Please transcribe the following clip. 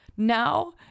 now